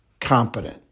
competent